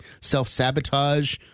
self-sabotage